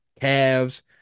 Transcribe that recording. Cavs